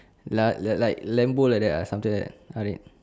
lah like like Lambo like that ah something like that R eight